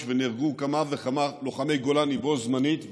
ונהרגו כמה וכמה לוחמי גולני בו זמנית,